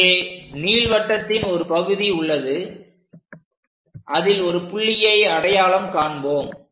இங்கே நீள்வட்டத்தின் ஒரு பகுதி உள்ளதுஅதில் ஒரு புள்ளியை அடையாளம் காண்போம்